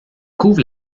couvre